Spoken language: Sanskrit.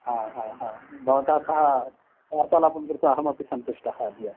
हा हा हा भवतः सः वाार्तालापं कृत्वा अहमपि सन्तुष्टः अद्य